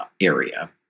area